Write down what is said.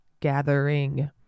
gathering